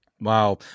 Wow